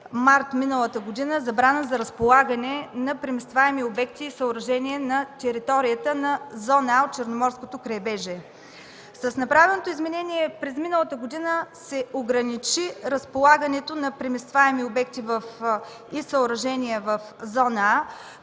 март миналата година забрана за разполагане на преместваеми обекти и съоръжения на територията на зона „А” на Черноморското крайбрежие. С направеното изменение през миналата година се ограничи разполагането на преместваеми обекти и съоръжения в зона „А”,